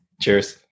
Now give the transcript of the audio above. Cheers